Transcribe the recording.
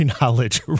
knowledge